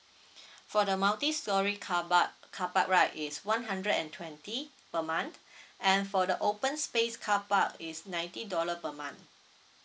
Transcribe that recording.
for the multi storey car but car park right is one hundred and twenty per month and for the open space car park is ninety dollar per month